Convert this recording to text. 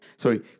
Sorry